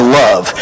love